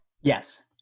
Yes